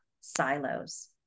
silos